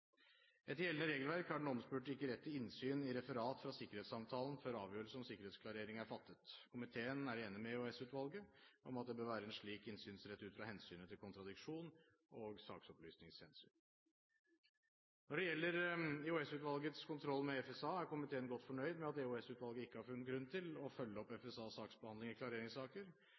Etter gjeldende regelverk har den omspurte ikke rett til innsyn i referat fra sikkerhetssamtalen før avgjørelse om sikkerhetsklarering er fattet. Komiteen er enig med EOS-utvalget i at det bør være en slik innsynsrett ut fra hensynet til kontradiksjon og saksopplysningshensyn. Når det gjelder EOS-utvalgets kontroll med FSA, er komiteen godt fornøyd med at EOS-utvalget ikke har funnet grunn til å følge opp FSAs saksbehandling i klareringssaker.